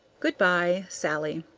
good-by. sallie.